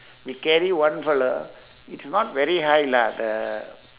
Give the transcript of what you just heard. we carry one fellow it's not very high lah the